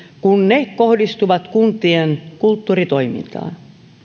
kuin ne kohdistuvat kuntien kulttuuritoimintaan